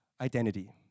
identity